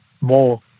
more